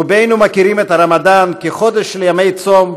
רובנו מכירים את הרמדאן כחודש של ימי צום,